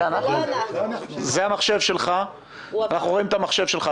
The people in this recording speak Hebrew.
מה קורה אם זה ל-12 שבועות,